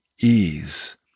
ease